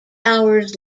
hours